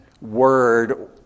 word